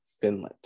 Finland